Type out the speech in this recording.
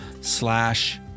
slash